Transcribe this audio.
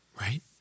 Right